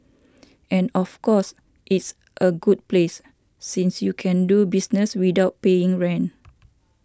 and of course it's a good place since you can do business without paying rent